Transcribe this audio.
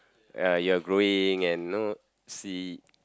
ya you are growing and you know see